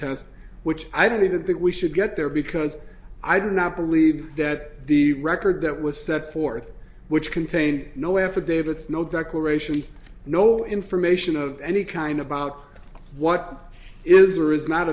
test which i don't even think we should get there because i do not believe that the record that was set forth which contained no affidavits no declaration no information of any kind about what is or is not